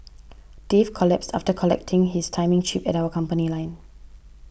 Dave collapsed after collecting his timing chip at our company line